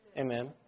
Amen